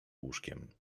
łóżkiem